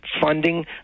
funding